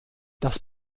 das